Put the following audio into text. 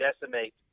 decimate